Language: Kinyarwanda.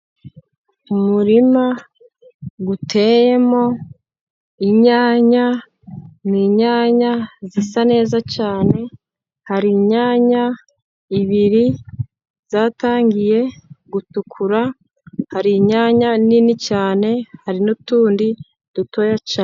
Umurima uteyemo inyanya. Ni inyanya zisa neza cyane. Hari inyanya ibiri zatangiye gutukura, hari inyanya nini cyane hari n'utundi dutoya cyane.